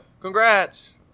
congrats